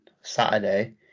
Saturday